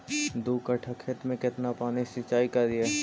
दू कट्ठा खेत में केतना पानी सीचाई करिए?